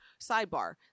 sidebar